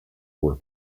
were